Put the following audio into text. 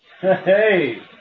Hey